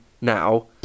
now